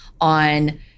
on